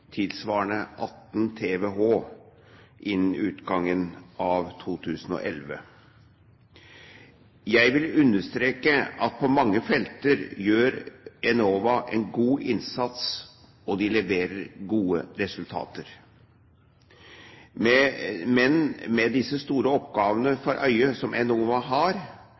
tilsvarende 18 TWh innen utgangen av 2011. Jeg vil understreke at på mange felt gjør Enova en god innsats, og de leverer gode resultater. Men med de store oppgavene Enova har for øye, er det nå bra at Riksrevisjonen har